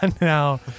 now